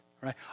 Right